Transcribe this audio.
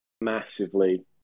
massively